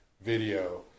video